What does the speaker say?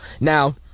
now